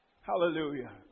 Hallelujah